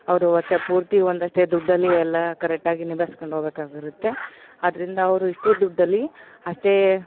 ಅವರು ವರ್ಷ ಪೂರ್ತಿ ಒಂದಷ್ಟೇ ದುಡ್ಡಲ್ಲಿ ಎಲ್ಲ ಕರೆಟ್ಟಾಗಿ ನಿಭಾಯಿಸ್ಕೊಂಡ್ ಹೋಬೇಕಾಗಿರುತ್ತೆ ಅದರಿಂದ ಅವ್ರು ಇಷ್ಟೇ ದುಡ್ಡಲ್ಲಿ ಅಷ್ಟೇ